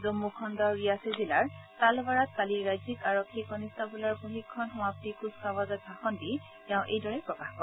জম্মু খণ্ডৰ ৰিয়াচি জিলাৰ তালৱাৰত কালি ৰাজ্যিক আৰক্ষী কনিষ্টবলৰ প্ৰশিক্ষণ সমাপ্তি কুচকাৱাজত ভাষন দি তেওঁ এইদৰে প্ৰকাশ কৰে